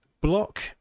block